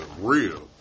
real